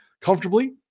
comfortably